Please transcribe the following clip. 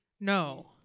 no